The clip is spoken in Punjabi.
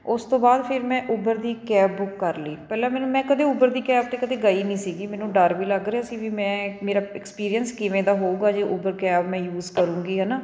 ਉਸ ਤੋਂ ਬਾਅਦ ਫਿਰ ਮੈਂ ਉਬਰ ਦੀ ਕੈਬ ਬੁੱਕ ਕਰ ਲਈ ਪਹਿਲਾਂ ਮੈਨੂੰ ਮੈਂ ਕਦੇ ਉਬਰ ਦੀ ਕੈਬ 'ਤੇ ਕਦੇ ਗਈ ਨਹੀਂ ਸੀਗੀ ਮੈਨੂੰ ਡਰ ਵੀ ਲੱਗ ਰਿਹਾ ਸੀ ਵੀ ਮੈਂ ਮੇਰਾ ਐਕਸਪੀਰੀਅੰਸ ਕਿਵੇਂ ਦਾ ਹੋਊਗਾ ਜੇ ਉਬਰ ਕੈਬ ਮੈਂ ਯੂਸ ਕਰੂੰਗੀ ਹੈ ਨਾ